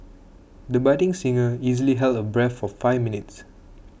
the budding singer easily held her breath for five minutes